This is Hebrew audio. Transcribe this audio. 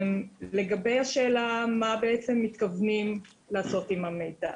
לגבי השאלה מה מתכוונים לעשות עם המידע